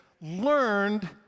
learned